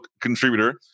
contributor